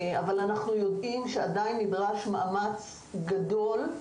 אבל עדיין נדרש מאמץ גדול.